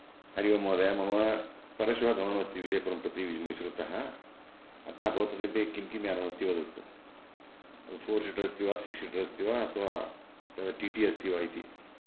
हरि ओम् महोदय मम परश्वः गमनम् विजयपुरं प्रति मैसूर्तः अस्ति अतः भवतः समीपे किं किं यानमस्ति वदतु फोर् सीटर् अस्ति वा सिक्स् सीटर् अस्ति वा अथवा टी टी अस्ति वा इति